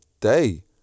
day